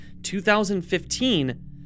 2015